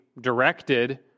directed